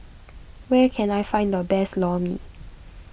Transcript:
where can I find the best Lor Mee